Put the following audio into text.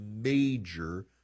major